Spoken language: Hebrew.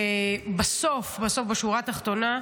ובסוף בסוף, בשורה התחתונה,